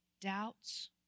doubts